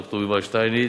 ד"ר יובל שטייניץ,